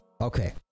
Okay